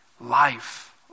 life